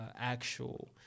actual